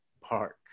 park